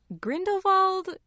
Grindelwald